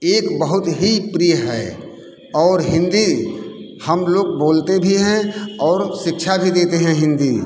एक बहुत ही प्रिय है और हिंदी हम लोग बोलते भी हैं और शिक्षा भी देते हैं हिंदी